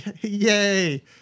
Yay